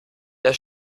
der